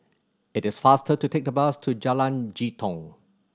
it is faster to take the bus to Jalan Jitong